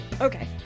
Okay